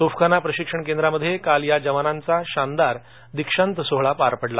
तोफखाना प्रशिक्षण केंद्रामध्ये काल या जवानांचा शानदार दीक्षांत सोहळा पार पडला